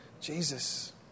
Jesus